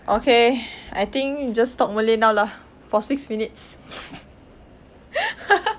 okay I think just talk malay now lah for six minutes